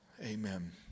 Amen